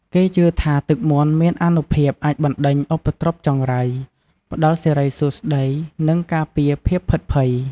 គេជឿថាទឹកមន្តមានអានុភាពអាចបណ្ដេញឧបទ្រពចង្រៃ ផ្ដល់សិរីសួស្ដី និងការពារភាពភិតភ័យ។